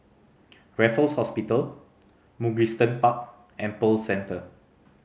Raffles Hospital Mugliston Park and Pearl Centre